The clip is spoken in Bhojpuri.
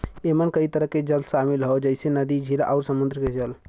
एमन कई तरह के जल शामिल हौ जइसे नदी, झील आउर समुंदर के जल